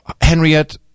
Henriette